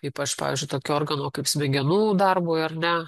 ypač pavyzdžiui tokio organo kaip smegenų darbui ar ne